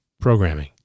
programming